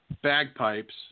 Bagpipes